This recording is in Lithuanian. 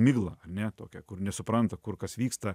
miglą ane tokią kur nesupranta kur kas vyksta